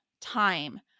time